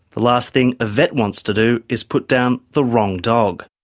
the last thing a vet wants to do is put down the wrong dog.